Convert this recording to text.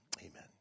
amen